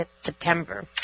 September